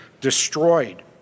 destroyed